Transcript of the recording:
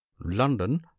london